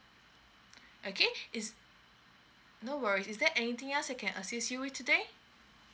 okay is no worries is there anything else I can assist you with today